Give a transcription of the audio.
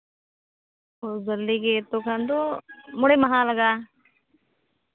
ᱵᱷᱟᱞᱮ ᱜᱮ ᱛᱚᱠᱷᱚᱱ ᱫᱚ ᱢᱚᱬᱮ ᱢᱟᱦᱟ ᱞᱟᱜᱟᱜᱼᱟ